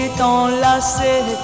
t'enlacer